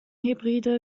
hybride